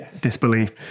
disbelief